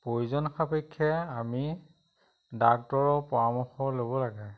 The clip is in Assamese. প্ৰয়োজন সাপেক্ষে আমি ডাক্টৰৰ পৰামৰ্শ ল'ব লাগে